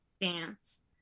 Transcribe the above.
dance